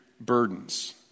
Burdens